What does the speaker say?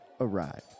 arrived